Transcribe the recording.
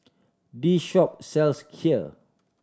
this shop sells Kheer